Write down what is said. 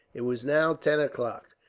it was now ten o'clock.